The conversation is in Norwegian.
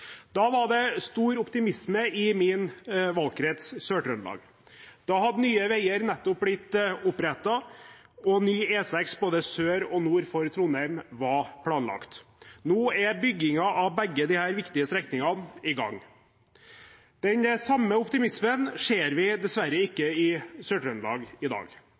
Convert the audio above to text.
Da var det stor optimisme i min valgkrets, Sør-Trøndelag. Da hadde Nye Veier nettopp blitt opprettet, og ny E6 både sør og nord for Trondheim var planlagt. Nå er byggingen av begge disse viktige strekningene i gang. Den samme optimismen ser vi dessverre ikke i Sør-Trøndelag i dag,